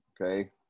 Okay